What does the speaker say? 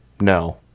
No